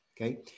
Okay